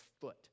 foot